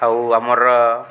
ଆଉ ଆମର